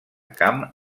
camp